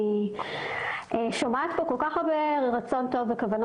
אני שומעת פה כל כך הרבה רצון טוב וכוונות